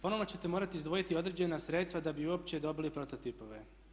Ponovno ćete morati izdvojiti određena sredstva da bi uopće dobili proto tipove.